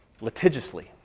litigiously